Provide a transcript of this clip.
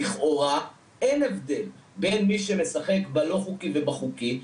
לכאורה אין הבדל בין מי שמשחק בלא חוקי ובחוקי,